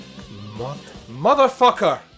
Motherfucker